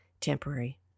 temporary